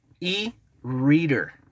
E-Reader